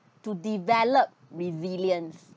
to develop resilience